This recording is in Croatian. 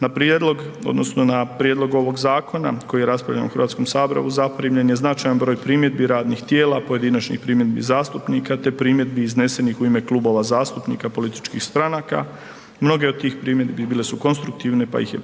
na prijedlog ovog zakona koji je raspravljan u Hrvatskom saboru zaprimljen je značajan broj primjedbi radnih tijela, pojedinačnih primjedbi zastupnika te primjedbi iznesenih u ime klubova zastupnika, političkih stranaka. Mnoge od tih primjedbi bile su konstruktivne pa ih je